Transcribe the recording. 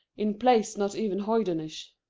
in plays not even hoydenish.